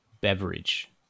beverage